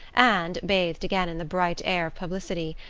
and, bathed again in the bright air of publicity,